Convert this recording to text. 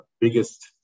biggest